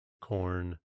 corn